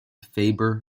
faber